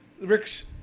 Rick's